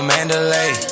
Mandalay